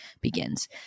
begins